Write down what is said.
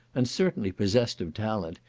and certainly possessed of talent,